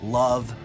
love